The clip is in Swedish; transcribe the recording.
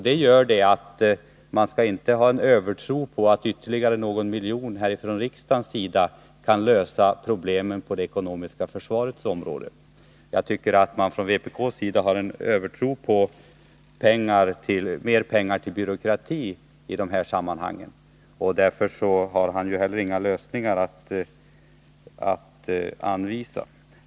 Det gör att man inte skall ha en övertro på att ytterligare någon miljon från riksdagen kan lösa problemen på det ekonomiska försvarets område. Jag tycker att man från vpk:s sida har en övertro på mer pengar till byråkrati i detta sammanhang. Därför har Hans Petersson inte heller några lösningar att anvisa.